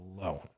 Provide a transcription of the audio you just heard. alone